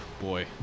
boy